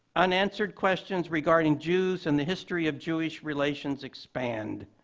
unanswered questions regarding jews and the history of jewish relations expand.